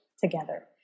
together